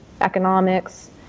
economics